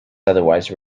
otherwise